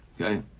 Okay